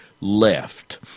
left